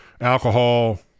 alcohol